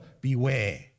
beware